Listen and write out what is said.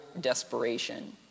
desperation